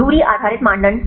दूरी आधारित मानदंड